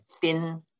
thin